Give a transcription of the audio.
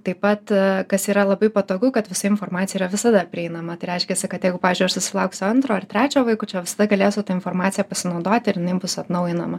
taip pat kas yra labai patogu kad visa informacija yra visada prieinama tai reiškiasi kad jeigu pavyzdžiui aš susilauksiu antro ar trečio vaikučio visada galėsiu ta informacija pasinaudoti ir jinai bus atnaujinama